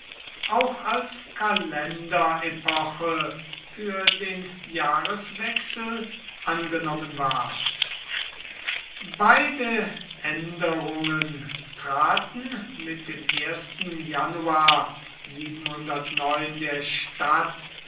auch als kalenderepoche für den jahreswechsel angenommen ward beide änderungen traten mit dem januar der stadt